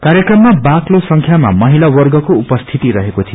कार्यक्रममा बाक्लो संख्यामा महिला वर्गको उपस्थिति रहेको थियो